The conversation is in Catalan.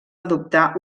adoptar